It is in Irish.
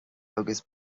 agus